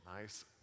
Nice